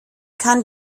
kann